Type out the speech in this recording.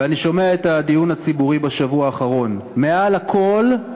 ואני שומע את הדיון הציבורי בשבוע האחרון מעל הכול,